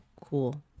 cool